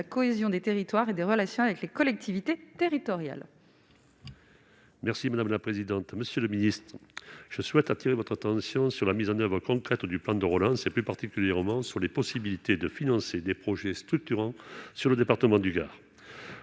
la cohésion des territoires et des relations avec les collectivités territoriales. Merci madame la présidente, monsieur le ministre, je souhaite attirer votre attention sur la mise en oeuvre et concrète du plan de relance, et plus particulièrement sur les possibilités de financer des projets structurants sur le département du Gard